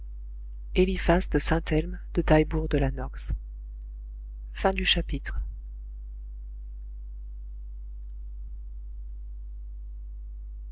eliphas de saint-elme de taillebourg de la nox